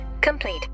complete